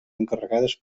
entregades